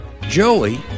Joey